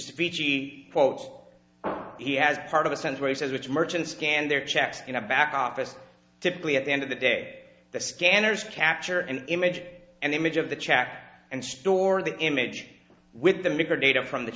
quote he has part of a sense where he says which merchant scanned their checks in a back office typically at the end of the day the scanners capture an image and image of the chac and store the image with the maker data from the